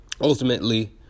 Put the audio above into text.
ultimately